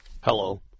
Hello